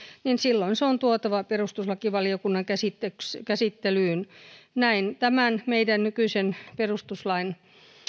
niin silloin se on tuotava perustuslakivaliokunnan käsittelyyn näin tämän meidän nykyisen perustuslain